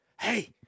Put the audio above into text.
hey